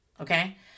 Okay